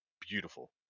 beautiful